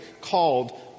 called